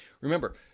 remember